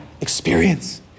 experience